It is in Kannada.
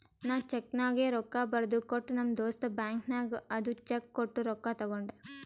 ನಾ ಚೆಕ್ನಾಗ್ ರೊಕ್ಕಾ ಬರ್ದು ಕೊಟ್ಟ ನಮ್ ದೋಸ್ತ ಬ್ಯಾಂಕ್ ನಾಗ್ ಅದು ಚೆಕ್ ಕೊಟ್ಟು ರೊಕ್ಕಾ ತಗೊಂಡ್